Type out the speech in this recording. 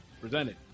presented